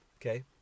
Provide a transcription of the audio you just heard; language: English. okay